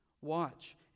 Watch